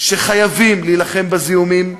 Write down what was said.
שחייבים להילחם בזיהומים,